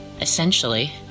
Essentially